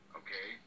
okay